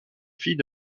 fille